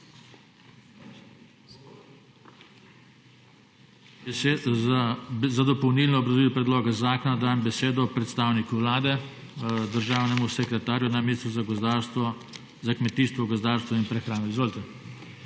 Za dopolnilno obrazložitev predloga zakona dajem besedo predstavniku Vlade državnemu sekretarju na Ministrstvu za kmetijstvo, gozdarstvo in prehrano. Izvolite.